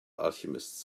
alchemist